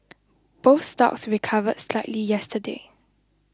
both stocks recovered slightly yesterday